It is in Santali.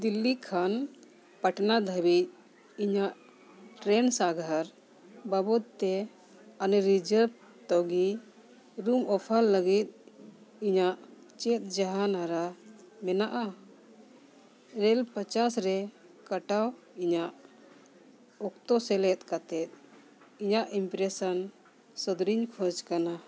ᱫᱤᱞᱞᱤ ᱠᱷᱚᱱ ᱯᱟᱴᱱᱟ ᱫᱷᱟᱹᱵᱤᱡ ᱤᱧᱟᱹᱜ ᱴᱨᱮᱹᱱ ᱥᱟᱸᱜᱷᱟᱨ ᱵᱟᱵᱚᱫᱽ ᱛᱮ ᱚᱱᱮ ᱨᱤᱡᱟᱹᱵᱷ ᱞᱟᱹᱜᱤᱫ ᱮᱵᱚᱝ ᱚᱯᱷᱟᱨ ᱞᱟᱹᱜᱤᱫ ᱤᱧᱟᱹᱜ ᱪᱮᱫ ᱡᱟᱦᱟᱱ ᱦᱚᱨᱟ ᱢᱮᱱᱟᱜᱼᱟ ᱨᱮᱹᱞ ᱯᱚᱧᱪᱟᱥ ᱨᱮ ᱠᱟᱴᱟᱣ ᱤᱧᱟᱹᱜ ᱚᱠᱛᱚ ᱥᱮᱞᱮᱫ ᱠᱟᱛᱮᱫ ᱤᱧᱟᱹᱜ ᱤᱢᱯᱨᱮᱥᱮᱱ ᱥᱚᱫᱚᱨᱤᱧ ᱠᱷᱚᱡᱽ ᱠᱟᱱᱟ